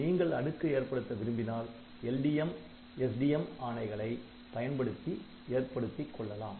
நீங்கள் அடுக்கு ஏற்படுத்த விரும்பினால் LDMSDM ஆணைகளை பயன்படுத்தி ஏற்படுத்திக் கொள்ளலாம்